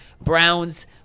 Browns